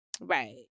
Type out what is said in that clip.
right